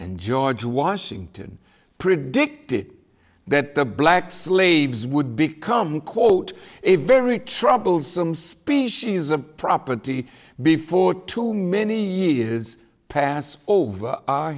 and george washington predicted that the black slaves would become quote a very troublesome species of property before too many years is passed over our